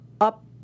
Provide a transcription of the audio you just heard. up